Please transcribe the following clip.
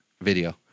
video